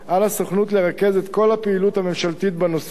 על הסוכנות לרכז את כל הפעילות הממשלתית בנושא".